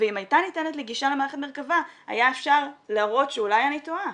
ואם הייתה ניתנת לי גישה למערכת מרכב"ה היה אפשר להראות שאולי אני טועה,